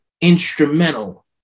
instrumental